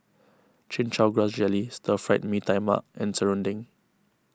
Chin Chow Grass Jelly Stir Fried Mee Tai Mak and Serunding